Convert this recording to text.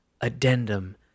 addendum